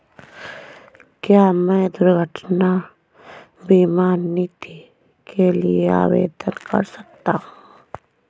क्या मैं दुर्घटना बीमा नीति के लिए आवेदन कर सकता हूँ?